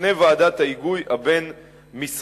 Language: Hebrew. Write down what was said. לפני ועדת ההיגוי הבין-משרדית.